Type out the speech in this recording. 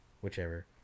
whichever